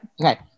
Okay